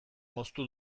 moztu